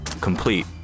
complete